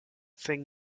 thing